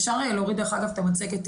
אפשר להוריד דרך אגב את המצגת,